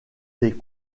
des